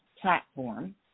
platform